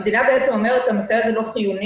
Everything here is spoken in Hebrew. המדינה בעצם אומרת: המטה הזה לא חיוני,